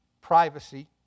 privacy